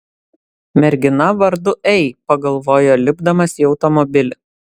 mergina vardu ei pagalvojo lipdamas į automobilį